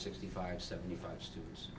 sixty five seventy five students